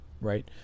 Right